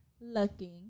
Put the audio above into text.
looking